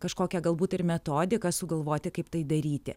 kažkokią galbūt ir metodiką sugalvoti kaip tai daryti